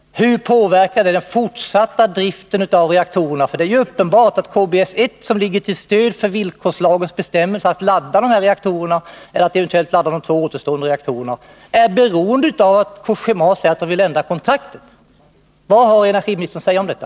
Hur påverkar detta den fortsatta driften av reaktorerna? Det är ju uppenbart att KBS-1, som ligger till grund för villkorslagens bestämmelser om att ladda de reaktorer som det nu gäller eller att eventuellt ladda de två återstående reaktorerna, är beroende av att Cogéma vill ändra kontraktet. Vad har arbetsmarknadsministern att säga om detta?